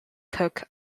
cook